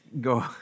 go